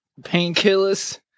Painkillers